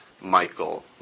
Michael